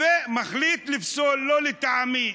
ומחליט לפסול: זה לא לטעמי,